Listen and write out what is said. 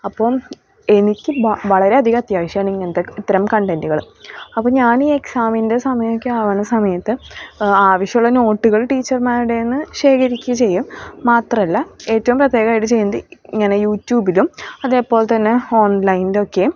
അപ്പം എനിക്ക് വ വളരെ അധികം അത്യാവശ്യമാണ് ഇങ്ങനത്തെ ഇത്തരം കണ്ടന്റുകൾ അപ്പം ഞാൻ ഈ എക്സാമിൻ്റെ സമയമൊക്കെ ആവുന്ന സമയത്ത് ആവശ്യമുള്ള നോട്ടുകൾ ടീച്ചർമാരുടെ കയ്യിൽനിന്ന് ശേഖരിക്കുക ചെയ്യും മാത്രമല്ല ഏറ്റവും പ്രത്യേകമായിട്ട് ചെയ്യുന്നത് ഇങ്ങനെ യൂട്യുബിലും അതേപോലെ തന്നെ ഓൺലൈനിലൊക്കെയും